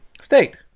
State